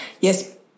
Yes